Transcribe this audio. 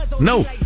No